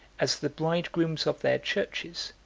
as the bridegrooms of their churches,